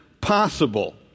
possible